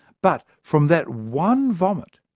but from that one vomit,